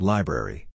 Library